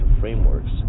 frameworks